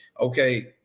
Okay